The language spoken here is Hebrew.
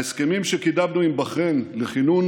ההסכמים שקידמנו עם בחריין לכינון